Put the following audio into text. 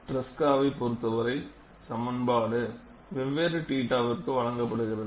ட்ரெஸ்காவைப் பொறுத்தவரை சமன்பாடு வெவ்வேறு θ விற்கு வழங்கப்படுகிறது